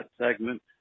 segment